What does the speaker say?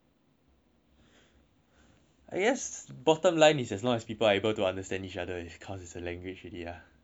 I guess bottom line is just as long as people are able to understand each other it becomes a language really lah !huh!